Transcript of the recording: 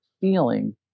feeling